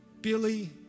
Billy